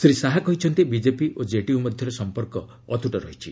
ଶ୍ରୀ ଶାହା କହିଛନ୍ତି ବିଜେପି ଓ କେଡିୟୁ ମଧ୍ୟରେ ସମ୍ପର୍କ ଅତ୍ରୁଟ ରହିଛି